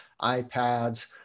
iPads